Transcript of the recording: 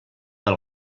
per